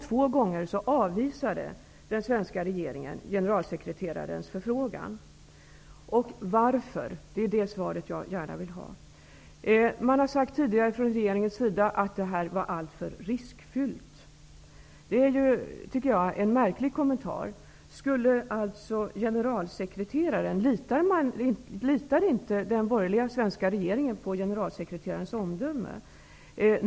Två gånger avvisade den svenska regeringen generalsekreterarens förfrågan. Varför? Den frågan vill jag gärna ha svar på. Regeringen har tidigare sagt att detta var alltför riskfyllt. Det är en märklig kommentar, tycker jag. Litar den svenska borgerliga regeringen inte på generalsekreterarens omdöme?